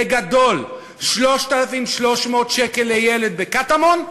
בגדול, 3,300 שקל לילד בקטמון,